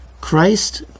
Christ